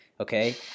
Okay